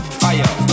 fire